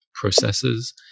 processes